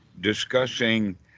Discussing